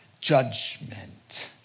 judgment